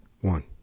One